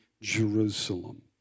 Jerusalem